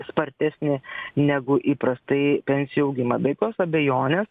spartesnį negu įprastai pensijų augimą be jokios abejonės